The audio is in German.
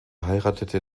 heiratete